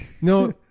No